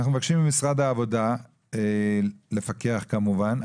אנחנו מבקשים ממשרד העבודה לפקח כמובן,